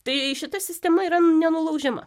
tai šita sistema yra nenulaužiama